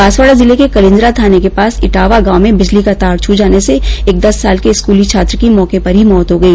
बांसवाडा जिले के कलिंजरा थाने के पास ईटावा गांव में बिजली का तार छू जाने से एक दस साल के स्कूली छात्र की मौके पर ही मौत हो गई